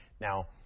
Now